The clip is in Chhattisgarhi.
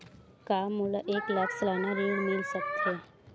का मोला एक लाख सालाना ऋण मिल सकथे?